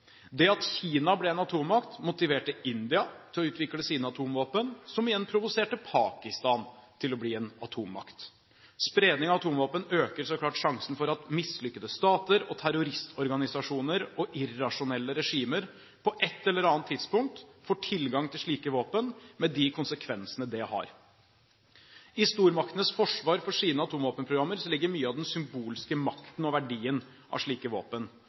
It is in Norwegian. som igjen provoserte Pakistan til å bli en atommakt. Spredningen av atomvåpen øker så klart sjansen for at mislykkede stater, terroristorganisasjoner og irrasjonelle regimer på et eller annet tidspunkt får tilgang til slike våpen, med de konsekvensene det har. I stormaktenes forsvar for sine atomvåpenprogrammer ligger mye av den symbolske makten og verdien av slike våpen.